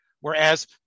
Whereas